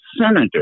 senator